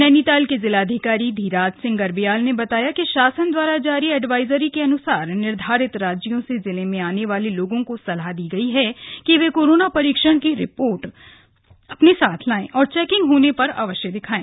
नैनीताल के जिलाधिकारी धीराज सिंह गर्ब्याल ने बताया कि शासन द्वारा जारी एडवाजरी के अन्सार निर्धारित राज्यों से जिले में आने वाले लोगों को सलाह दी गई है कि वे कोरोना परीक्षण की रिपोर्ट अपने साथ रखें और चैकिंग होने पर अवश्य दिखाये